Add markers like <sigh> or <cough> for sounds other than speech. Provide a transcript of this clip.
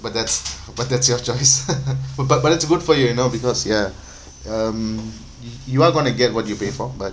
but that's but that's your choice <laughs> but but it's good for you you know because ya um you are going to get what you pay for but